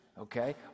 okay